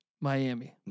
Miami